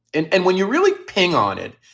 and and when you really ping on it,